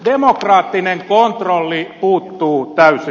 demokraattinen kontrolli puuttuu täysin